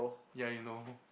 ya you know